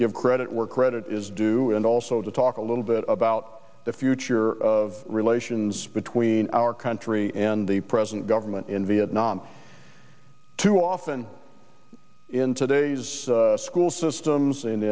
give credit where credit is due and also to talk a little bit about the future of relations between our country and the present government in vietnam too often in today's school systems and